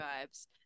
vibes